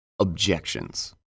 Objections